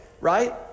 right